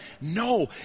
No